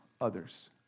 others